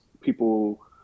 people